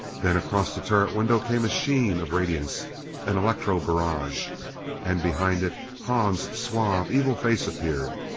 then across the turret window came a sheen of radiance an electrobarrage. and behind it, hahn's suave, evil face appeared.